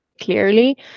Clearly